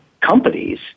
companies